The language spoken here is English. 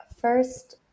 first